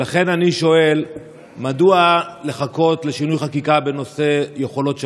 לכן אני שואל מדוע לחכות לשינוי חקיקה בנושא יכולות שב"כ.